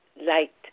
light